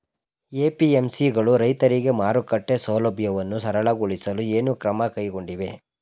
APMC ಗಳು ರೈತರಿಗೆ ಮಾರುಕಟ್ಟೆ ಸೌಲಭ್ಯವನ್ನು ಸರಳಗೊಳಿಸಲು ಏನು ಕ್ರಮ ಕೈಗೊಂಡಿವೆ?